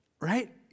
Right